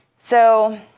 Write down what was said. so